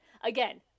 Again